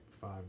five